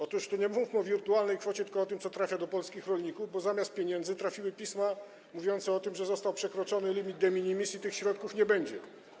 Otóż tu nie mówmy o wirtualnej kwocie, tylko o tym, co trafia do polskich rolników, bo zamiast pieniędzy trafiły pisma mówiące o tym, że został przekroczony limit de minimis i tych środków nie będzie.